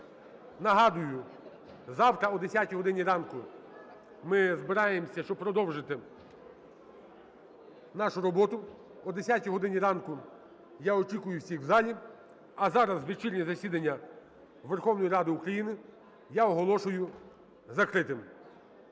Нагадую, завтра о 10 годині ранку ми збираємося, щоб продовжити нашу роботу. О 10 годині ранку я очікую всіх в залі. А зараз вечірнє засідання Верховної Ради України я оголошую закритим.